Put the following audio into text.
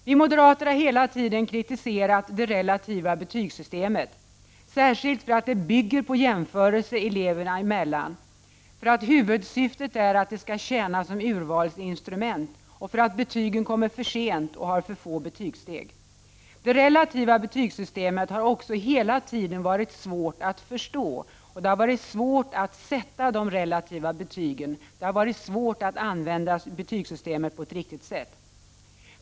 Vi moderater har hela tiden kritiserat det relativa betygssystemet, särskilt för att det bygger på jämförelse eleverna emellan, för att huvudsyftet är att det skall tjäna som urvalsinstrument och för att betygen kommer för sent och har för få betygssteg. Det relativa betygssystemet har också hela tiden varit svårt att förstå, och det har varit svårt att sätta de relativa betygen. Det har varit svårt att använda det på ett riktigt sätt.